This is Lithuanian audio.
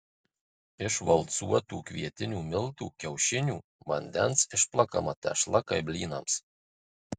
iš valcuotų kvietinių miltų kiaušinių vandens išplakama tešla kaip blynams